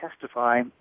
testify